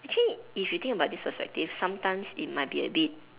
actually if you think about this perspective sometimes it might be a bit